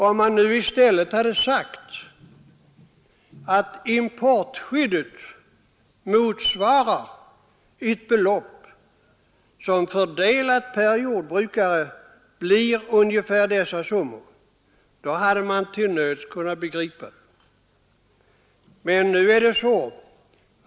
Om man i stället hade sagt att importskyddet fördelat per jordbrukare, motsvarar ungefär dessa belopp hade det gått att till nöds begripa det.